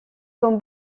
comme